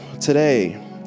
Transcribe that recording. today